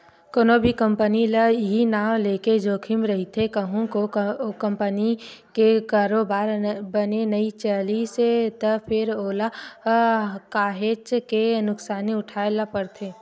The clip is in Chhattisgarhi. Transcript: कोनो भी कंपनी ल इहीं नांव लेके जोखिम रहिथे कहूँ ओ कंपनी के कारोबार बने नइ चलिस त फेर ओला काहेच के नुकसानी उठाय ल परथे